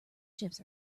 chips